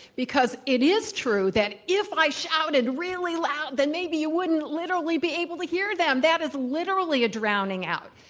because it is true that if i shouted really loud then maybe you wouldn't literally be able to hear them. that is literally a drowning out.